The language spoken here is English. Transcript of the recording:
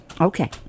Okay